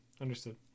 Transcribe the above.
understood